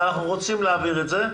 ואנחנו רוצים להעביר את זה,